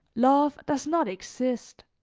love does not exist.